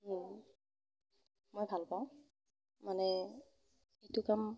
মই ভাল পাওঁ মানে ইটো কাম